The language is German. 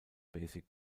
basic